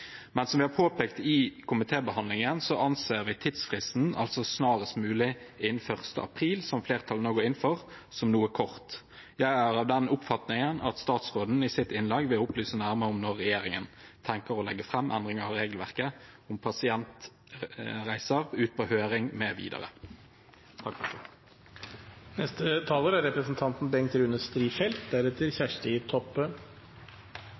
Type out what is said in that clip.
men som vi har påpekt i komitébehandlingen, anser vi tidsfristen, altså snarest mulig og innen 1. april, som flertallet nå går inn for, som noe kort. Jeg er av den oppfatning at statsråden i sitt innlegg vil opplyse nærmere om når regjeringen tenker å legge endringer av regelverket om pasientreiser ut på høring mv. Jeg kommer fra en landsdel med